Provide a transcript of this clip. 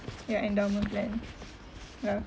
your endowment plan ya